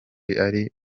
ari